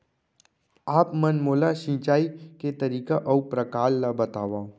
आप मन मोला सिंचाई के तरीका अऊ प्रकार ल बतावव?